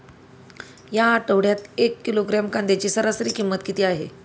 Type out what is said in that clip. या आठवड्यात एक किलोग्रॅम कांद्याची सरासरी किंमत किती आहे?